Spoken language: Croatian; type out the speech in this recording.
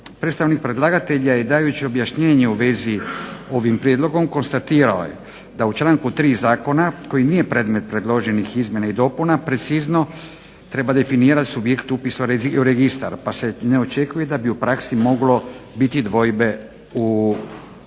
Predstavnik predlagatelja je dajući objašnjenje u vezi ovim prijedlogom konstatirao je da u članku 3. Zakona koji nije predmet predloženih izmjena i dopuna precizno treba definira subjekt upisa u registar, pa se ne očekuje da bi u praksi moglo biti dvojbe u provedbi